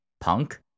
punk